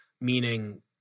meaning